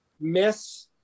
miss